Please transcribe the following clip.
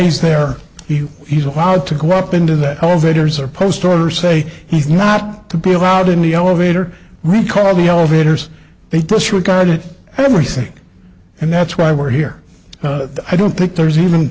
he's there he he's allowed to go up into that elevators or post or say he's not to be allowed in the elevator recall the elevators they disregarded everything and that's why we're here i don't think there's